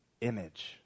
image